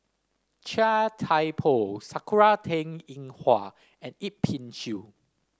Chia Thye Poh Sakura Teng Ying Hua and Yip Pin Xiu